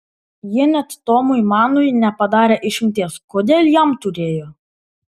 jie net tomui manui nepadarė išimties kodėl jam turėjo